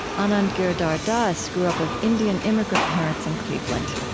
anand giridharadas grew up of indian immigrant parents in cleveland.